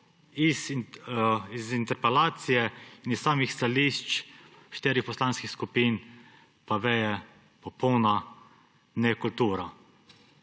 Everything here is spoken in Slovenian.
iz interpelacije in iz samih stališč štirih poslanskih skupin pa veje popolna nekultura.